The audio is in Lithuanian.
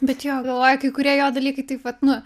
bet jo galvoj kai kurie jo dalykai taip vat nu